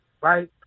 right